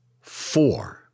four